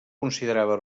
considerava